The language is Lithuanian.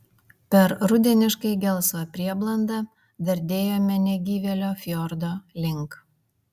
per rudeniškai gelsvą prieblandą dardėjome negyvėlio fjordo link